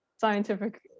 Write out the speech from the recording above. scientific